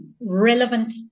relevant